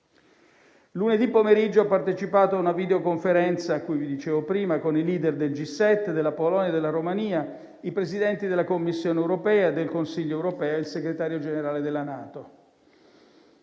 Lunedì pomeriggio ho partecipato a una videoconferenza, di cui vi dicevo prima, con i *leader* del G7, della Polonia, della Romania, i Presidenti della Commissione europea e del Consiglio europeo e il Segretario Generale della NATO.